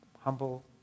humble